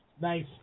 Nice